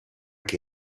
che